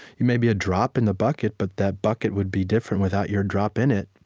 you may be a drop in the bucket, but the bucket would be different without your drop in it.